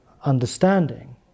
understanding